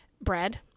Bread